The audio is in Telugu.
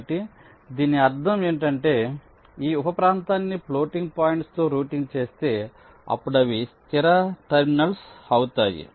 కాబట్టి దీని అర్థం ఏమిటంటే ఈ ఉప ప్రాంతాన్ని ఫ్లోటింగ్ పాయింట్స్ తో రూటింగ్ చేస్తే అప్పుడు అవి స్థిర టెర్మినల్స్ అవుతాయి